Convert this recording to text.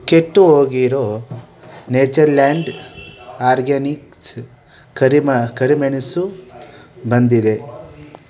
ಕೆಟ್ಟು ಹೋಗಿರೋ Natureland Organics ಕರಿಮ ಕರಿಮೆಣಸು ಬಂದಿದೆ